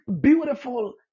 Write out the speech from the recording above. beautiful